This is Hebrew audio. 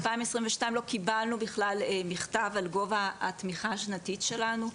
2022 לא קיבלנו בכלל מכתב על גובה התמיכה השנתית שלנו.